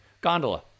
Gondola